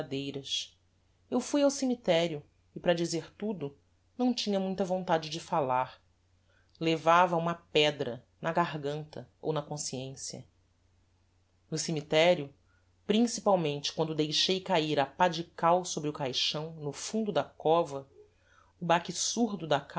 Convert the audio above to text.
verdadeiras eu fui ao cemiterio e para dizer tudo não tinha muita vontade de falar levava uma pedra na garganta ou na consciencia no cemiterio principalmente quando deixei cair a pá de cal sobre o caixão no fundo da cova o baque surdo da